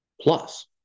Plus